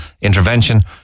intervention